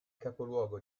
capoluogo